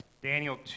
Daniel